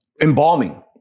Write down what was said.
embalming